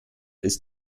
ist